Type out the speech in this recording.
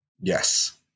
Yes